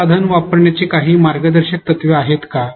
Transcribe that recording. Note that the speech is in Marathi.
हे साधन वापरण्यासाठी काही मार्गदर्शक तत्त्वे आहेत का